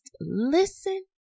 listen